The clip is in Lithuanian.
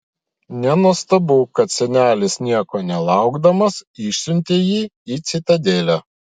nenuostabu kad senelis nieko nelaukdamas išsiuntė jį į citadelę